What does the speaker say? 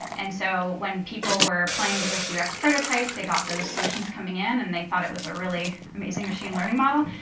and so when people were playing with this ux prototype, they got those solutions coming in, and they thought it was a really amazing machine learning model.